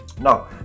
No